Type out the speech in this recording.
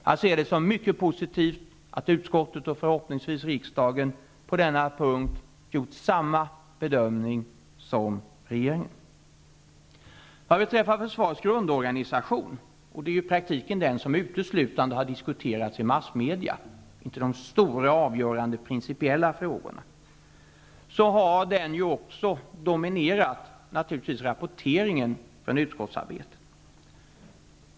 Jag ser det som mycket positivt att utskottet, och förhoppningsvis riksdagen, på denna punkt gjort samma bedömning som regeringen. Det som i praktiken uteslutande diskuterats i massmedia är inte de stora, avgörande principiella frågorna, utan försvarets grundorganisation. Samma frågor har givetvis också dominerat rapporteringen från utskottsarbetet.